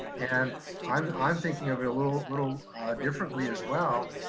and i'm i'm thinking of it a little little differently as well,